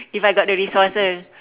if I got the resources